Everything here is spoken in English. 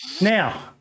Now